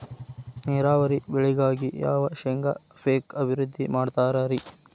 ನೇರಾವರಿ ಬೆಳೆಗಾಗಿ ಯಾವ ಶೇಂಗಾ ಪೇಕ್ ಅಭಿವೃದ್ಧಿ ಮಾಡತಾರ ರಿ?